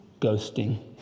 Ghosting